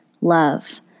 Love